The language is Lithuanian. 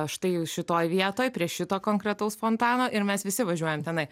štai jau šitoj vietoj prie šito konkretaus fontano ir mes visi važiuojam tenai